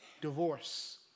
divorce